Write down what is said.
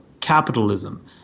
capitalism